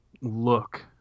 look